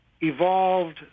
evolved